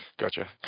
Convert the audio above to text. Gotcha